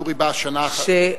יורי בא שנה אחר כך.